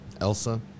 Elsa